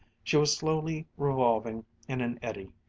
she was slowly revolving in an eddy.